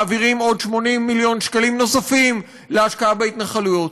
מעבירים עוד 80 מיליון שקלים נוספים להשקעה בהתנחלויות.